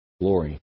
glory